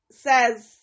says